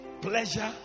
pleasure